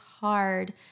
hard